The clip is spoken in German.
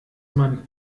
man